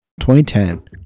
2010